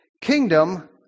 kingdom